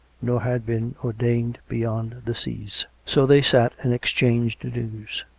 nor had been ordained beyond the seas. so they sat and exchanged news.